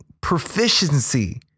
proficiency